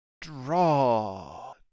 Draw